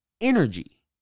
energy